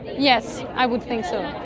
yes, i would think so.